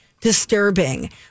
disturbing